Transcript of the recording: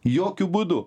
jokiu būdu